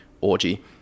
orgy